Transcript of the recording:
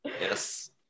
Yes